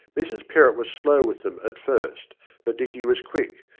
mrs perrott was slow with them at first but dicky was quick,